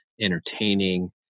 entertaining